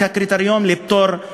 חברי הכנסת,